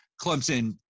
Clemson